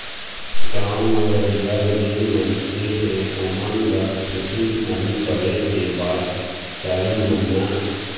गाँव म रहइया जेन मनखे हे ओेमन ल खेती किसानी करे के बाद चारिन महिना